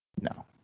No